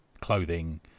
clothing